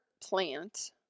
plant